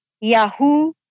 Yahoo